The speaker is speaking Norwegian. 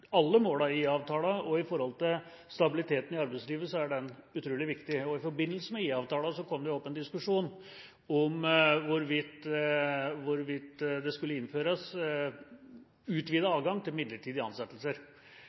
alle målene i avtalen og for stabiliteten i arbeidslivet er det utrolig viktig. I forbindelse med IA-avtalen var det en diskusjon om hvorvidt utvidet adgang til midlertidige ansettelser skulle innføres.